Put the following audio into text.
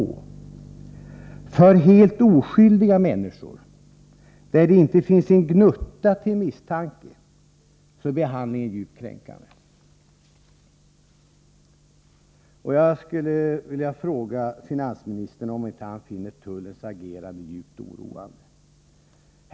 När det gäller helt oskyldiga människor, där det inte finns ens en gnutta misstanke, är behandlingen djupt kränkande. Jag skulle vilja fråga finansministern om han inte finner tullens agerande djupt oroande.